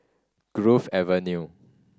Grove Avenue